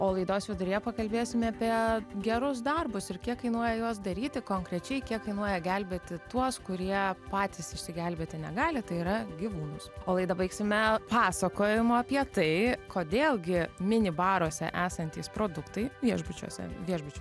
o laidos viduryje pakalbėsime apie gerus darbus ir kiek kainuoja juos daryti konkrečiai kiek kainuoja gelbėti tuos kurie patys išsigelbėti negali tai yra gyvūnus o laida baigsime pasakojimą apie tai kodėl gi mini baruose esantys produktai viešbučiuose viešbučių